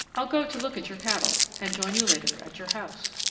i'll go to look at your cattle, and join you later at your house.